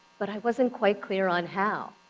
but i wasn't quite clear on how.